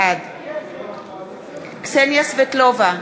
בעד קסניה סבטלובה,